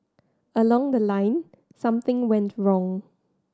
along the line something went wrong